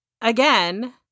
again